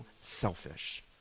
selfish